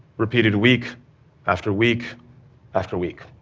repeated week after week after week.